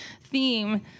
theme